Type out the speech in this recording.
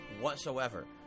whatsoever